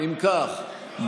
אם כך,